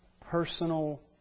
Personal